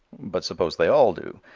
but suppose they all do?